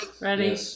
ready